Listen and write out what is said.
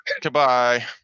Goodbye